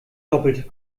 doppelt